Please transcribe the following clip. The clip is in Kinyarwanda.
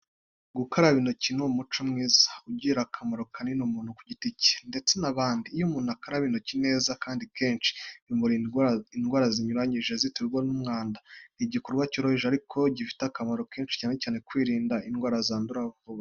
Gukaraba intoki ni umuco mwiza ugirira akamaro kanini umuntu ku giti cye ndetse n'abandi. Iyo umuntu akaraba intoki neza kandi kenshi, bimurinda indwara zinyuranye ziterwa n'umwanda. Ni igikorwa cyoroheje ariko gifite akamaro kenshi cyane cyane mu kwirinda indwara zandura vuba.